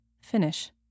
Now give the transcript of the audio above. Finish